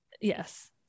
yes